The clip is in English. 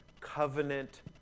covenant